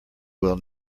will